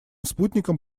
спутником